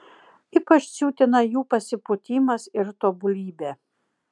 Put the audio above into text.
ypač siutina jų pasipūtimas ir tobulybė